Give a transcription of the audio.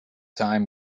time